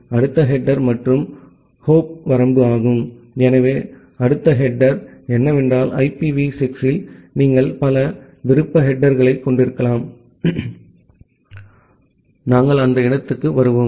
அடுத்த ஹெடேர் மற்றும் ஹாப் வரம்பு எனவே அடுத்த ஹெடேர் என்னவென்றால் ஐபிவி 6 இல் நீங்கள் பல விருப்ப ஹெடேர்களைக் கொண்டிருக்கலாம் நாங்கள் அந்த இடத்திற்கு வருவோம்